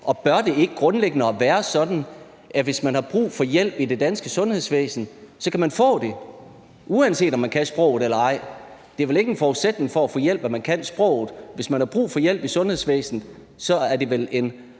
Og bør det ikke grundlæggende være sådan, at hvis man har brug for hjælp i det danske sundhedsvæsen, så kan man få det, uanset om man kan sproget eller ej? Det er vel ikke en forudsætning for at få hjælp, at man kan sproget. Hvis man har brug for hjælp i sundhedsvæsenet, er det vel en